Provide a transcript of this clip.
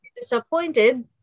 disappointed